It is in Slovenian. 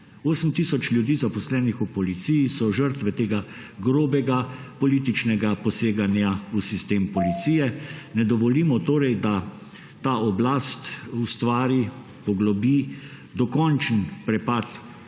8 tisoč ljudi, zaposlenih v policiji, so žrtve tega grobega političnega poseganja v sistem policije. Ne dovolimo torej, da ta oblast ustvari, poglobi dokončen prepad